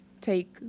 take